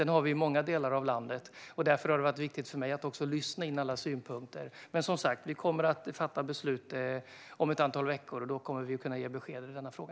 Den har vi i många delar av landet. Därför har det varit viktigt för mig att lyssna på alla synpunkter. Vi kommer att fatta beslut om ett antal veckor, och då kommer vi att kunna ge besked i denna fråga.